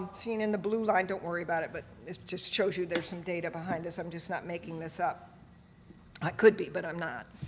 seeing in the blue line don't worry about it but it just shows you there's some data behind this i'm just not making this up i could be but i'm not